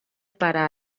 para